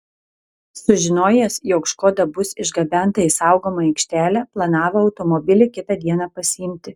sužinojęs jog škoda bus išgabenta į saugomą aikštelę planavo automobilį kitą dieną pasiimti